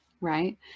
Right